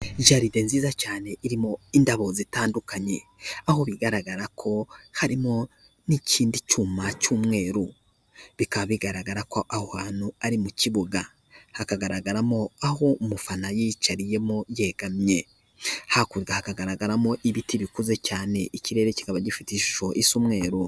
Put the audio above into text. Jaride nziza cyane iririmo indabo zitandukanye aho bigaragara ko harimo n'ikindi cyuma cy'umweru, bikaba bigaragara ko aho hantu ari mu kibuga, hakagaragaramo aho umufana yicariyemo yegamye. Hakurya hakagaragaramo ibiti bikuze cyane, ikirere kikaba gifite ishusho y'umweru.